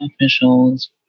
officials